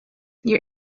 your